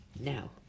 Now